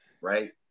right